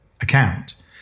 account